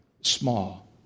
Small